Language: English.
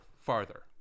farther